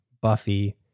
Buffy